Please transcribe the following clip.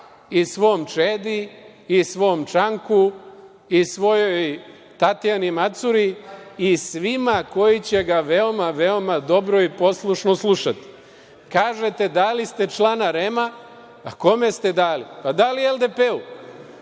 i svom Čedi i svom Čanku i svojoj Tatjani Macuri i svima koji će ga veoma dobro i poslušno slušati. Kažete – dali ste člana REM. Kome ste dali? Dali LDP.